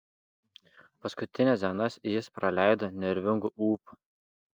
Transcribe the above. paskutines dienas jis praleido nervingu ūpu